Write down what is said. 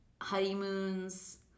honeymoons